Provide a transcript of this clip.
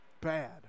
bad